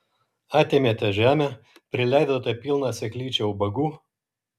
atėmėte žemę prileidote pilną seklyčią ubagų